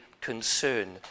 concern